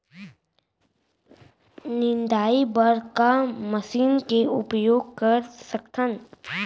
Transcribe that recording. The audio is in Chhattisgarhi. निंदाई बर का मशीन के उपयोग कर सकथन?